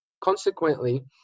Consequently